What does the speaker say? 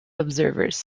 observers